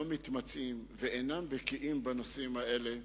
לא מתמצאים ואינם בקיאים בנושאים האלה,